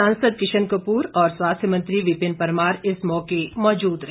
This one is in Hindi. सांसद किशन कपूर और स्वास्थ्य मंत्री विपिन परमार इस मौके मौजूद रहे